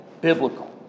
Biblical